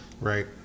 Right